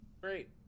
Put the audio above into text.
Great